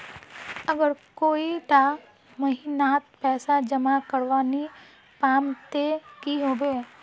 अगर कोई डा महीनात पैसा जमा करवा नी पाम ते की होबे?